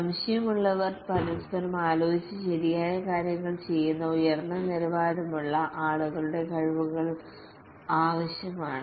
സംശയമുള്ളപ്പോൾ പരസ്പരം ആലോചിച്ച് ശരിയായ കാര്യങ്ങൾ ചെയ്യുന്ന ഉയർന്ന നിലവാരമുള്ള ആളുകളുടെ കഴിവുകൾ ആവശ്യമാണ്